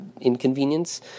inconvenience